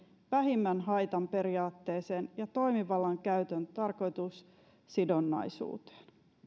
vähimmän haitan periaatteeseen ja toimivallan käytön tarkoitussidonnaisuuteen